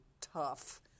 tough